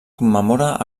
commemora